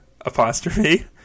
apostrophe